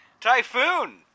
Typhoon